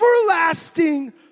everlasting